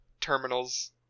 terminals